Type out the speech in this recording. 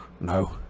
No